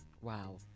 Wow